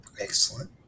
Excellent